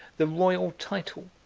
the royal title,